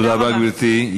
תודה רבה, גברתי.